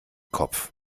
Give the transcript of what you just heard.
kopf